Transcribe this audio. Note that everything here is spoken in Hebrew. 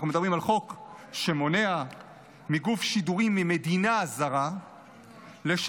אנחנו מדברים על חוק שמונע מגוף שידורים ממדינה זרה לשדר